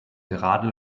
gerade